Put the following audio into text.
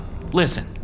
Listen